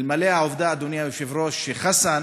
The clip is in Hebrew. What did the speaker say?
אלמלא העובדה, אדוני היושב-ראש, שחסן